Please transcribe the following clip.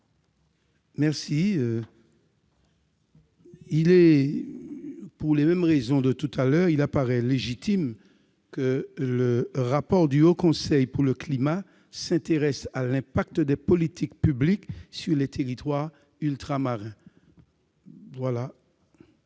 Antiste. Pour les raisons susvisées, il paraît légitime que le rapport du Haut Conseil pour le climat s'intéresse à l'impact des politiques publiques sur les territoires ultramarins.